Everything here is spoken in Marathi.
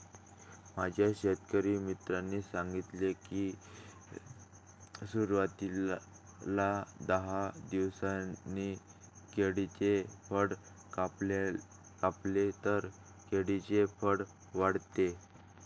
माझ्या शेतकरी मित्राने सांगितले की, सुरवातीला दहा दिवसांनी केळीचे फूल कापले तर केळीचे फळ वाढते